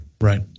Right